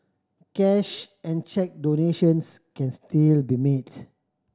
cash and cheque donations can still be made